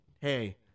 Hey